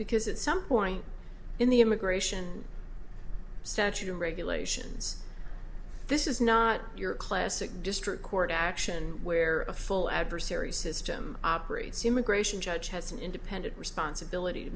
because it's some point in the immigration statute and regulations this is not your classic district court action where a full adversary system operates immigration judge has an independent responsibility to